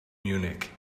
munich